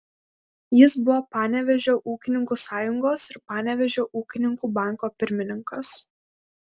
jis buvo panevėžio ūkininkų sąjungos ir panevėžio ūkininkų banko pirmininkas